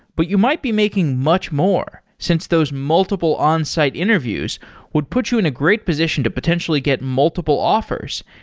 but you might be making much more since those multiple onsite interviews would put you in a great position to potentially get multiple offers,